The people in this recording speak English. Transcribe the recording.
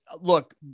look